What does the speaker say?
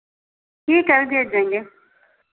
ठीक है हम भेज देंगे